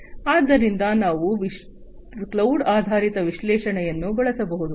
ಆದ್ದರಿಂದ ನಾವು ಕ್ಲೌಡ್ ಆಧಾರಿತ ವಿಶ್ಲೇಷಣೆಯನ್ನು ಬಳಸಬಹುದು